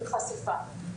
חשיפה,